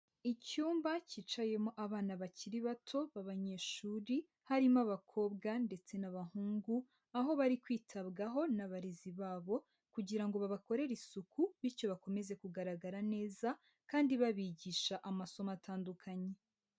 Icyumba cyicayemo abana bakiri bato b'abanyeshuri harimo abakobwa ndetse n'abahungu, aho bari kwitabwaho n'abarezi babo kugira ngo babakorere isuku bityo bakomeze kugaragara neza kandi babigisha amasomo atandukanye.